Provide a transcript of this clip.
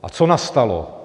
A co nastalo?